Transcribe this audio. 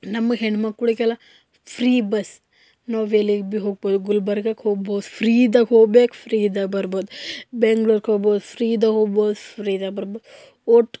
ನಮ್ಗೆ ಹೆಣ್ಮಕ್ಳಿಗೆಲ್ಲ free bus ನಾವು ಎಲ್ಲಿಗೆ ಭೀ ಹೋಗಬೋದು ಗುಲ್ಬರ್ಗಕ್ಕೆ ಹೋಗ್ಬೋದು ಫ್ರೀದಾಗ ಹೋಬೇಕು ಫ್ರೀದಾಗ ಬರ್ಬೋದು ಬೆಂಗ್ಳೂರ್ಕ್ಕೆ ಹೋಗ್ಬೋದು ಫ್ರೀದಾಗ ಹೋಗಬೋದು ಫ್ರೀದಾಗ ಬರಬೋದು ಅಷ್ಟು